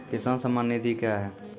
किसान सम्मान निधि क्या हैं?